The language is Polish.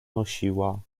nosiła